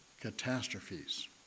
catastrophes